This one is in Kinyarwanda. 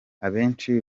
abenshi